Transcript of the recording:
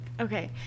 Okay